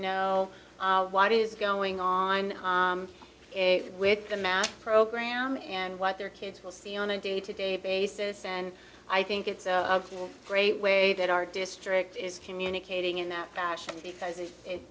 know why it is going on with the math program and what their kids will see on a day to day basis and i think it's a great way that our district is communicating in that fashion because i